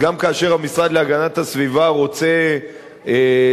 אז גם כאשר המשרד להגנת הסביבה רוצה לבנות